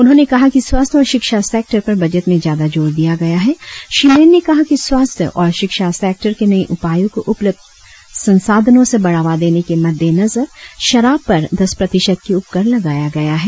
उन्होंने कहा कि स्वास्थ्य और शिक्षा सेक्टर पर बजट में ज्यादा जोर दिया गया है श्री मैन ने कहा कि स्वास्थ्य और शिक्षा सेक्टर के नए उपायों को उपलब्ध संसाधनों से बढ़ावा देने के मद्देनजर शराब पर दस प्रतिशत की उपकर लगाया गया है